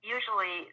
Usually